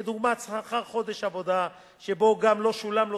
כדוגמת שכר חודש עבודה שבו גם לא שולם לו